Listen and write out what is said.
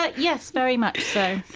like yes, very much so.